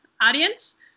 audience